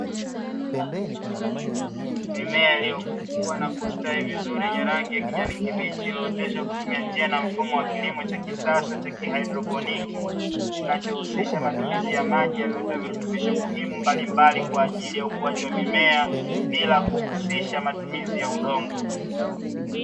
Mimea iliyokuwa na kustawi vizuri yenye rangi ya kijani kibichi iliyooteshwa kutumia njia na mfumo wa kilimo cha kisasa cha kihaidroponi, kinachohusisha matumizi ya maji yaliotoa virutubisho muhimu mbalimbali kwa ajili ya ukuaji wa mimea bila kuhusisha matumizi ya udongo.